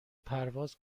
پرواز